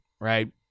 right